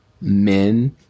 men